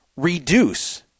Reduce